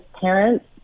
parents